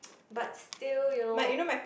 but still you know